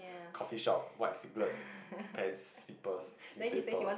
coffee-shop white singlet pants slippers newspaper